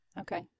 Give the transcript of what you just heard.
Okay